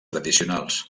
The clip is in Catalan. tradicionals